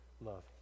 love